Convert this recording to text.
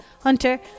Hunter